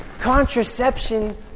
Contraception